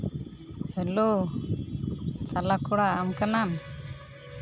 hello ᱛᱟᱞᱟ ᱠᱚᱲᱟ ᱟᱢ ᱠᱟᱱᱟᱢ